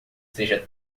seja